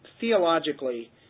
theologically